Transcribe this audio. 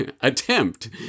attempt